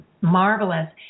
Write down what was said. marvelous